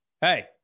Hey